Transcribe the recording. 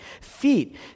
Feet